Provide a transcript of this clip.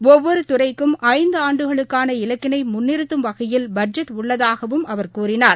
ஒவ்வொருதுறைக்கும் ஐந்துஆண்டுகளுக்கான இலக்கினைமுன்னிறுத்தும் வகையில் பட்ஜெட் உள்ளதாகவும் அவர் கூறினார்